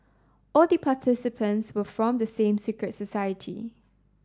all the participants were from the same secret society